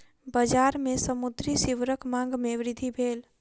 बजार में समुद्री सीवरक मांग में वृद्धि भेल